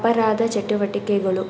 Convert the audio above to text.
ಅಪರಾಧ ಚಟುವಟಿಕೆಗಳು